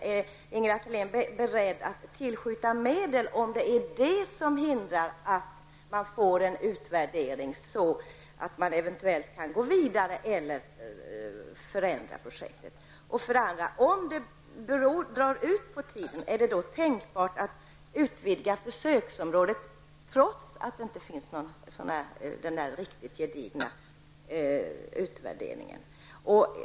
Är Ingela Thalén beredd att tillskjuta medel, om det är det som hindrar att det blir en utvärdering för att eventuellt gå vidare eller förändra projektet? Om utvärderingen skulle dra ut på tiden, är det tänkbart att utvidga försöksområdet trots att det inte finns en gedigen utvärdering?